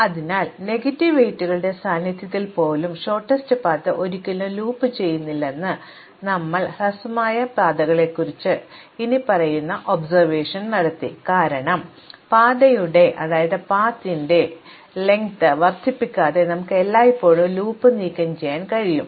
അതിനാൽ നെഗറ്റീവ് വെയ്റ്റുകളുടെ സാന്നിധ്യത്തിൽ പോലും ഹ്രസ്വമായ പാത ഒരിക്കലും ലൂപ്പ് ചെയ്യില്ലെന്ന് നിങ്ങൾ ഹ്രസ്വമായ പാതകളെക്കുറിച്ച് ഇനിപ്പറയുന്ന നിരീക്ഷണം നടത്തി കാരണം പാതയുടെ ദൈർഘ്യം വർദ്ധിപ്പിക്കാതെ ഞങ്ങൾക്ക് എല്ലായ്പ്പോഴും ലൂപ്പ് നീക്കംചെയ്യാൻ കഴിയും